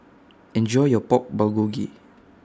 Enjoy your Pork Bulgogi